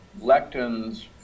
lectins